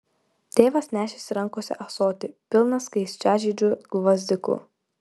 tėvas nešėsi rankose ąsotį pilną skaisčiažiedžių gvazdikų